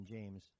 James